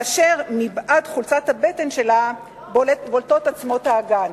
ומבעד חולצת הבטן שלה בולטות עצמות האגן,